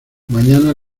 mañana